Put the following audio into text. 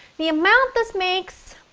the amount this makes,